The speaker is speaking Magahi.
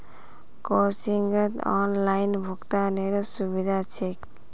कोचिंगत ऑनलाइन भुक्तानेरो सुविधा छेक